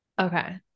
okay